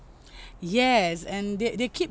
yes and they they keep